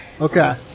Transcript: Okay